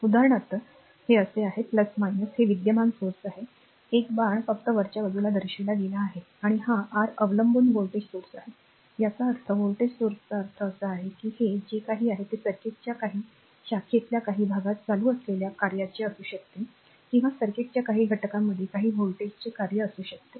उदाहरणार्थ हे असे आहे हे विद्यमान स्त्रोत आहे एक बाण फक्त वरच्या बाजूस दर्शविला गेला आहे आणि हा r अवलंबून व्होल्टेज स्त्रोत आहे याचा अर्थ व्होल्टेज स्त्रोताचा अर्थ असा आहे की हे जे काही आहे ते सर्किटच्या काही शाखेतल्या काही भागात चालू असलेल्या कार्याचे असू शकते किंवा सर्किटच्या काही घटकांमधे काही व्होल्टेजचे कार्य असू शकते